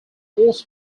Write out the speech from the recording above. also